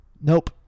Nope